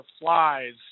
flies